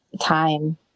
time